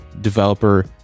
developer